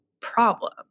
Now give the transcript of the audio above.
problem